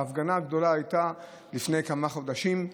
ההפגנה הגדולה הייתה לפני כמה חודשים,